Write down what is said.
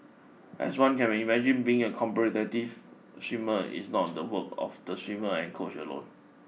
as one can imagine being a competitive swimmer is not the work of the swimmer and coach alone